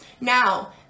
Now